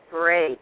great